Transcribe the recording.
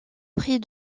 prix